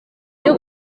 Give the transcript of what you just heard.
byo